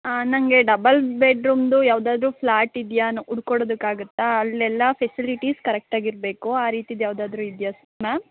ಆಂ ನನಗೆ ಡಬಲ್ ಬೆಡ್ರೂಮ್ದು ಯಾವುದಾದ್ರೂ ಫ್ಲ್ಯಾಟ್ ಇದೆಯಾ ನೊ ಹುಡ್ಕೊಡೋದಕ್ಕಾಗುತ್ತಾ ಅಲ್ಲೆಲ್ಲ ಫೆಸಿಲಿಟೀಸ್ ಕರೆಕ್ಟ್ ಆಗಿರಬೇಕು ಆ ರೀತಿದು ಯಾವುದಾದ್ರೂ ಇದೆಯಾ ಮ್ಯಾಮ್